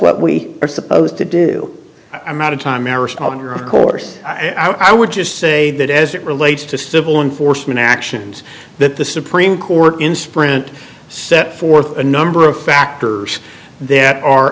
what we are supposed to do i'm out of time merits of your of course i would just say that as it relates to civil enforcement actions that the supreme court in sprint set forth a number of factors that are